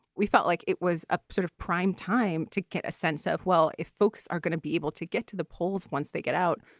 we felt like it was a sort of prime time to get a sense of, well, if folks are gonna be able to get to the polls once they get out.